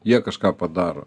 jie kažką padaro